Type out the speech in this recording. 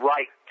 Right